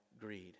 greed